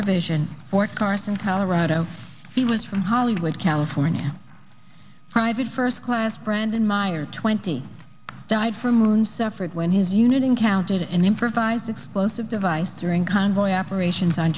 division fort carson colorado he was from hollywood california private first class brandon meyer twenty died from wounds suffered when his unit encountered an improvised explosive device during convoy operations on